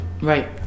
Right